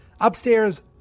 upstairs